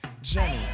Jenny